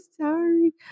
sorry